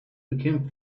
became